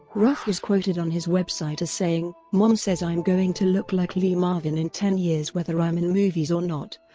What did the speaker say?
roth was quoted on his website as saying, mom says i'm going to look like lee marvin in ten years whether i'm in movies or not,